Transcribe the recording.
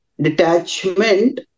detachment